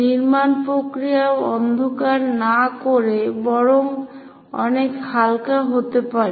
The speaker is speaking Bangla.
নির্মাণ প্রক্রিয়া অন্ধকার না করে বরং অনেক হালকা হতে পারে